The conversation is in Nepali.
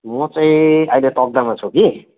म चाहिँ अहिले तक्दाहमा छु कि